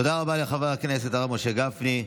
תודה רבה לחבר הכנסת הרב משה גפני.